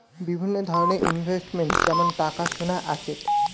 বিভিন্ন ধরনের ইনভেস্টমেন্ট যেমন টাকা, সোনা, অ্যাসেট